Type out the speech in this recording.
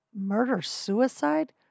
Murder-suicide